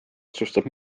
otsustab